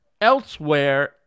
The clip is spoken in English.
elsewhere